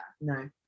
No